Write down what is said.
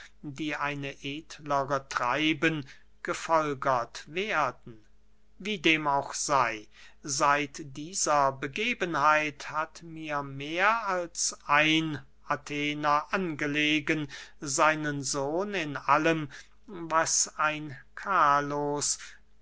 die eine edlere treiben gefolgert werden wie dem auch sey seit dieser begebenheit hat mir mehr als ein athener angelegen seinem sohn in allem was ein